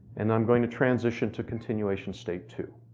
and i'm going to transition to continuation state two.